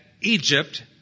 Egypt